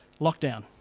lockdown